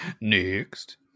Next